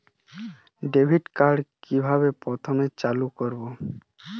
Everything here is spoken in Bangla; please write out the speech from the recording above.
ডেবিটকার্ড কিভাবে প্রথমে চালু করব?